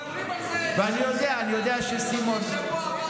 אנחנו מדברים על זה, בשבוע הבא.